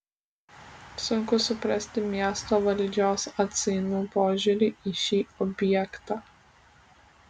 sunku suprasti miesto valdžios atsainų požiūrį į šį objektą